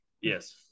Yes